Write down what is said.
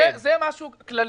זה משהו כללי.